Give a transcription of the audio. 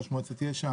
ראש מועצת יש"ע